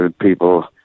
people